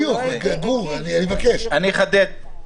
אני אחדד.